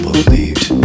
believed